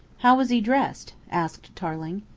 how was he dressed? asked tarling.